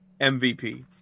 MVP